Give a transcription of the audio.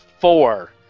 four